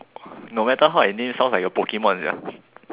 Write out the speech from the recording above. no matter how I name sounds like a Pokemon sia